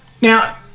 Now